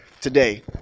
today